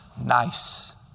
Nice